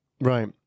Right